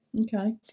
Okay